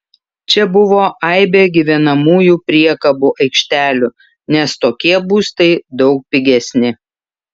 čia buvo aibė gyvenamųjų priekabų aikštelių nes tokie būstai daug pigesni